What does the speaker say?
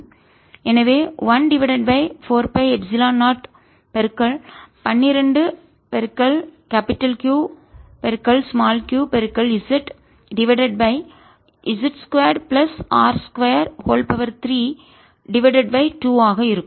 எனவே இது 1 divided by 4 pi epsilon 0 12Q qz divided by z 2 plus r 2 32 ஆக இருக்கும்